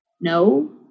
No